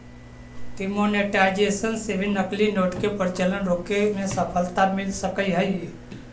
demonetisation से नकली note के प्रचलन रोके में सफलता मिल सकऽ हई